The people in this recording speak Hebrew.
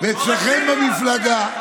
התנופה להחזיר את המשק לפעולה.